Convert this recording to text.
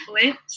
flips